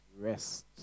rest